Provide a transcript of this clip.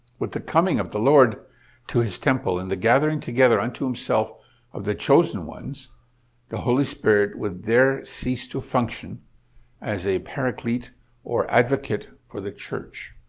with the coming of the lord to his temple and the gathering together unto himself of the chosen ones the holy spirit would there cease to function as a paraclete or advocate for the church.